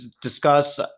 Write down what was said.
discuss